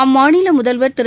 அம்மாநில முதல்வா் திரு